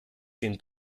dem